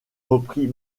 reprit